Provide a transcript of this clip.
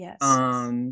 Yes